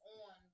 on